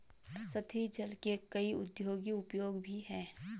सतही जल के कई औद्योगिक उपयोग भी हैं